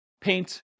paint